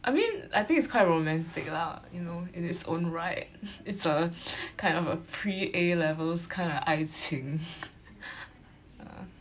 I mean I think it's quite romantic lah you know in its own right it's a kind of a pre-A levels kind of 爱情 uh